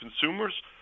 consumers